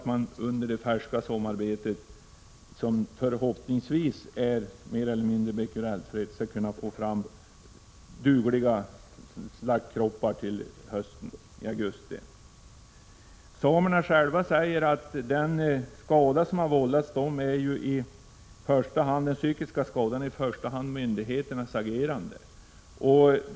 Med färskt sommarbete — som förhoppningsvis är mer eller mindre bequerelfritt — bör man kunna få fram dugliga slaktkroppar till augusti. Samerna själva säger att det som vållat dem den största psykiska skadan är myndigheternas agerande.